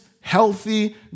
healthy